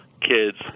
kids